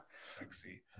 Sexy